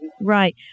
Right